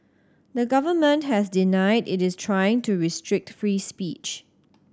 the government has denied it is trying to restrict free speech